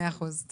מאה אחוז.